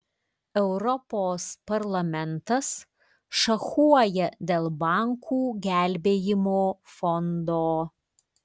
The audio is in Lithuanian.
europos parlamentas šachuoja dėl bankų gelbėjimo fondo